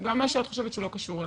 גם מה שאת חושבת שלא קשור אלי,